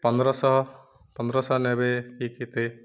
ପନ୍ଦରଶହ ପନ୍ଦରଶହ ନେବେ କି କେତେ